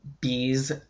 bee's